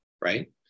right